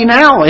now